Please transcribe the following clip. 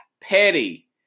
petty